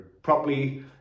properly